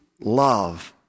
love